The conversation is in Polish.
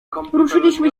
ruszyliśmy